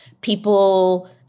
People